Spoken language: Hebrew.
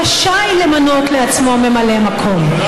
רשאי למנות לעצמו ממלא מקום,